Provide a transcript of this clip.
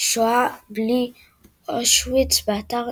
שואה בלי אושוויץ, באתר